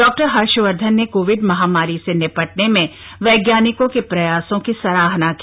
डॉ हर्षवर्धन ने कोविड महामारी से निपटने में वैजानिकों के प्रयासों की सराहना की